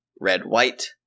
red-white